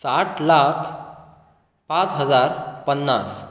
साठ लाख पांच हजार पन्नास